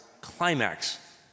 climax